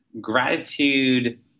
gratitude